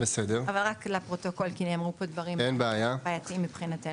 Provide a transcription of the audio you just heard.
אבל רק לפרוטוקול כי נאמרו פה דברים בעייתיים מבחינתנו.